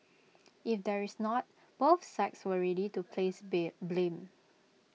if there's not both sides were ready to place beer blame